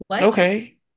Okay